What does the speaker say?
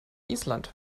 island